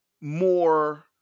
more